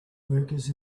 workers